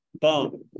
Boom